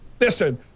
Listen